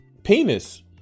Penis